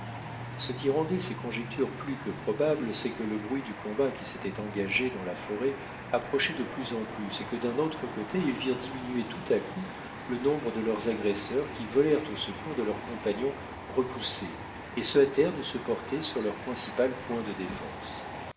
ce qui rendait ces conjectures plus que probables c'est que le bruit du combat qui s'était engagé dans la forêt approchait de plus en plus et que d'un autre côté ils virent diminuer tout à coup le nombre de leurs agresseurs qui volèrent au secours de leurs compagnons repoussés et se hâtèrent de se porter sur leur principal point de défense